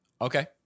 Okay